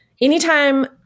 anytime